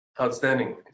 Outstanding